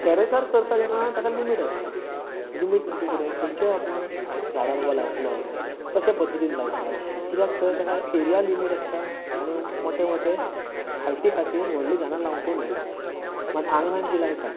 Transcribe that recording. टर्रसार करता तेन्ना तेका लिमीट आसता लिमीट म्हणजे कितें खंयचें आपूण झाडां बाबा लायतलो कशे पद्धतीन लायतलो कित्याक पळय ताका एरिया लिमीट आसता आणी मोठे मोठे हायटी खातीर व्हडलीं झाडां लावंकूय मेळना मात आंगणांत जीं लायतात